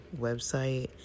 website